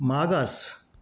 मागास